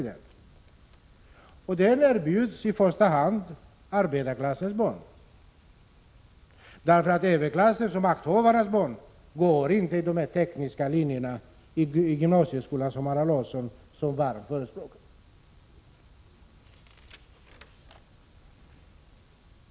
Den erbjuds i första hand arbetarklassens barn. För överklassens och makthavarnas barn går inte på de tekniska linjerna i gymnasieskolan som Allan Larsson så varmt förespråkar.